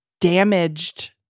damaged